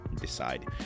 decide